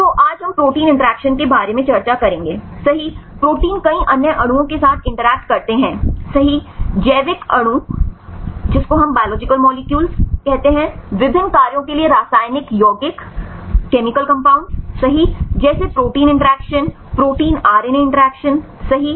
तो आज हम प्रोटीन इंटरेक्शन के बारे में चर्चा करेंगेसही प्रोटीन कई अन्य अणुओं के साथ इंटरैक्ट करते हैं सही जैविक अणु विभिन्न कार्यों के लिए रासायनिक यौगिक सही जैसे protein interaction protein RNA interaction सही